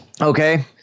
Okay